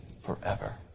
forever